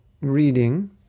reading